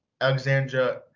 Alexandra